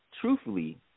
truthfully